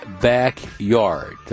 Backyard